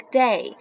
day